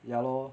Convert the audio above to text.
ya lor